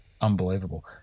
unbelievable